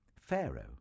Pharaoh